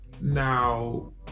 Now